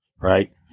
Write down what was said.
right